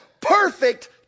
perfect